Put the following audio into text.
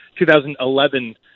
2011